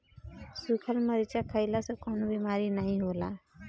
सुखल मरीचा खईला से कवनो बेमारी नाइ होला